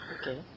okay